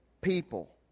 people